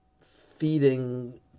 feeding